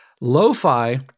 Lo-fi